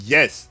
Yes